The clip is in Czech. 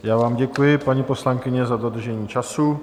Já vám děkuji, paní poslankyně, za dodržení času.